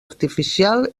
artificial